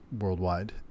worldwide